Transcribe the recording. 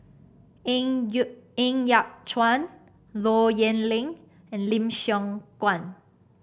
Ng Ng Yat Chuan Low Yen Ling and Lim Siong Guan